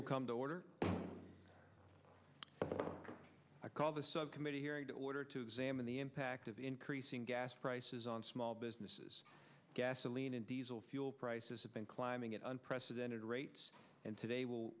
will come to order i called a subcommittee hearing to order to examine the impact of increasing gas prices on small businesses gasoline and diesel fuel prices have been climbing at unprecedented rates and today will